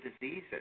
diseases